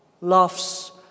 loves